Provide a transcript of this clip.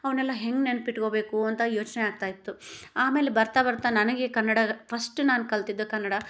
ಅವ್ನೆಲ್ಲ ಹೆಂಗೆ ನೆನಪಿಟ್ಕೊಬೇಕು ಅಂತ ಯೋಚನೆ ಆಗ್ತಾಯಿತ್ತು ಆಮೇಲೆ ಬರ್ತಾ ಬರ್ತಾ ನನಗೆ ಕನ್ನಡ ಫಶ್ಟ್ ನಾನು ಕಲ್ತಿದ್ದು ಕನ್ನಡ